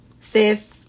sis